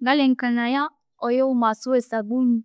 Ngalengekanaya oyo womughaso wesabuni